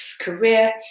career